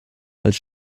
als